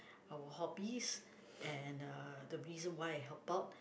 our hobbies and uh the reason why I help out